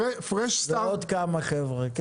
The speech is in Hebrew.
ועוד כמה חבר'ה.